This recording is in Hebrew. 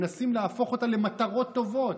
מנסים להפוך אותה למטרות טובות.